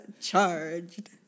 charged